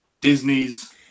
Disney's